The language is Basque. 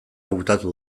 hautatu